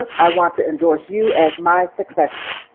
i want to endorse you as my successor.